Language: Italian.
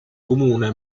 comune